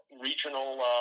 regional